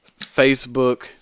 Facebook